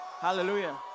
Hallelujah